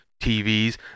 tvs